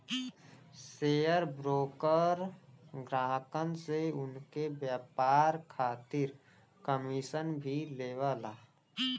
share broker ग्राहकन से उनके व्यापार खातिर कमीशन भी लेवला